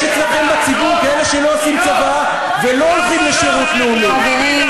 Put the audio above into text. יש אצלכם בציבור כאלה שלא עושים צבא ולא הולכים לשירות לאומי.